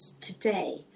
today